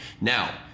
Now